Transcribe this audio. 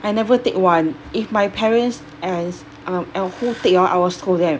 I never take one if my parents as um or who take orh I will scold them